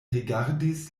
rigardis